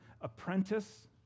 apprentice